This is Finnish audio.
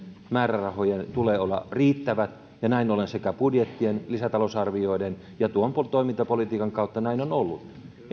määrärahojen tulee olla riittävät ja näin ollen sekä budjettien lisätalousarvioiden että tuon toimintapolitiikan kautta näin on ollut